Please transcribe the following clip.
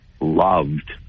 loved